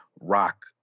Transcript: rock